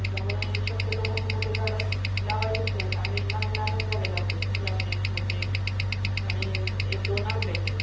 त्याच्यामुळे शक्यतो मोठे मोठे झाडं लावायचेच नाहीत आम्ही लहान लहानच झाडे लावतोत फुलाचे शो चे आणि एक दोन आंब्याचे